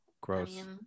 Gross